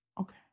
Okay